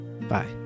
bye